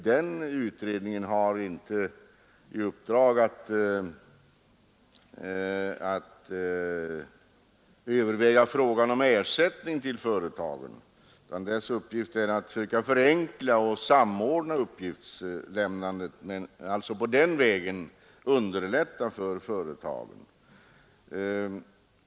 Den utredningen har inte i uppdrag att överväga frågan om ersättning till företagen, utan dess uppgift är att söka förenkla och samordna uppgiftslämnandet och på den vägen underlätta för företagen.